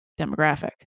demographic